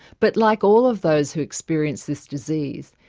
but like all of those who experience this disease,